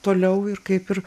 toliau ir kaip ir